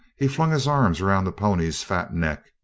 he flung his arms around the pony's fat neck,